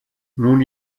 nun